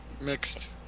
Mixed